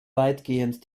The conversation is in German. weitgehend